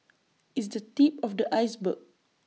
it's the tip of the iceberg